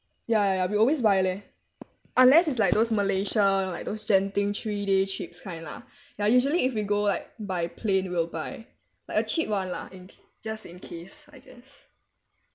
ya ya ya we always buy leh unless is like those malaysia like those genting three day trips kind lah ya usually if we go like by plane we'll buy like a cheap [one] lah in ca~ just in case I guess